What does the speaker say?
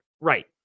Right